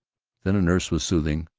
then a nurse was soothing,